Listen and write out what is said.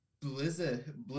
Blizzard